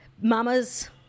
Mamas